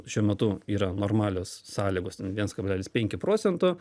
šiuo metu yra normalios sąlygos ten viens kablelis penki procento